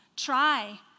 Try